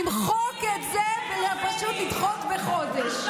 למחוק את זה ופשוט לדחות בחודש.